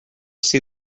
see